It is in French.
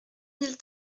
mille